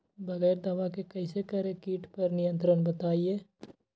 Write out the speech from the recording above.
बगैर दवा के कैसे करें कीट पर नियंत्रण बताइए?